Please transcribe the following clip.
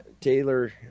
Taylor